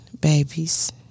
babies